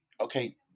Okay